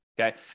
Okay